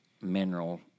mineral